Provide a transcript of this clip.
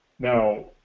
Now